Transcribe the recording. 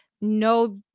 no